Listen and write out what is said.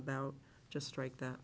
about just right th